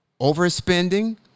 overspending